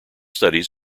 studies